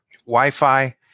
wi-fi